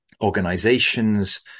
organizations